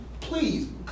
Please